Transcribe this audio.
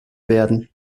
werden